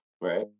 Right